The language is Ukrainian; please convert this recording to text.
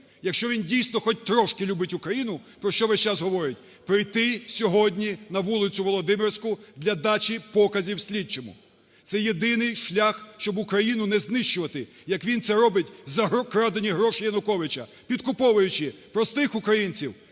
якщо він, дійсно, хоч трошки любить Україну, про що весь час говорить, прийти сьогодні на вулицю Володимирську для дачі показів слідчому. Це єдиний шлях, щоб Україну не знищувати, як він це робить за крадені гроші Януковича, підкуповуючи простих українців,